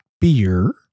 beer